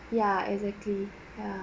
ya exactly ya